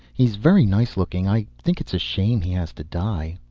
he's very nice-looking. i think it's a shame he has to die.